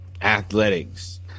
athletics